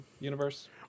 universe